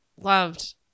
loved